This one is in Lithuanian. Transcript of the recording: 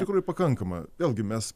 tikrųjų pakankama vėlgi mes